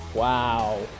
Wow